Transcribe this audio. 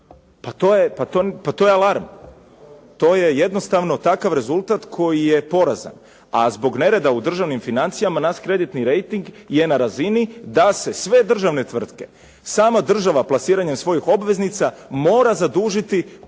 Pa to je alarm, to je jednostavno takav rezultat koji je porazan, a zbog nereda u državnim financijama naš kreditni rejting je na razini da se sve državne tvrtke, sama država plasiranjem svojih obveznica, mora zadužiti po daleko